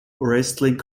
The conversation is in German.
wrestling